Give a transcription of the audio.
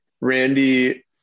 Randy